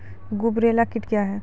गुबरैला कीट क्या हैं?